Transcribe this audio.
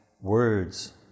words